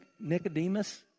Nicodemus